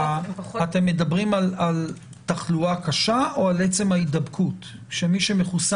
אתם מדברים על תחלואה קשה או על עצם ההידבקות של מי שמחוסן?